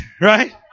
Right